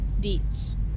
Deets